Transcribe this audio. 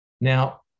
Now